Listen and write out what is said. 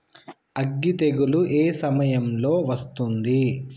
అగ్గి తెగులు ఏ సమయం లో వస్తుంది?